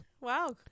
Wow